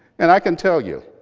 and i can tell you,